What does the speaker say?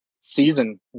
season